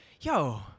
Yo